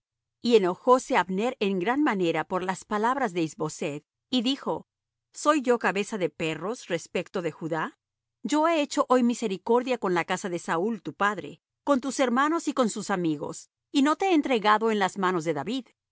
y enojóse abner en gran manera por las palabras de is boseth y dijo soy yo cabeza de perros respecto de judá yo he hecho hoy misericordia con la casa de saúl tu padre con sus hermanos y con sus amigos y no te he entregado en las manos de david